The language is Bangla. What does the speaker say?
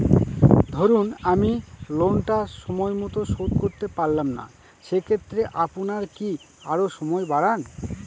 ধরুন আমি লোনটা সময় মত শোধ করতে পারলাম না সেক্ষেত্রে আপনার কি আরো সময় বাড়ান?